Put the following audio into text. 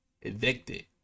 Evicted